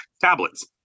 tablets